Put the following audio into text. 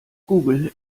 google